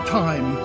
time